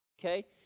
Okay